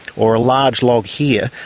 or a large log here.